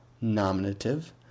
nominative